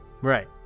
right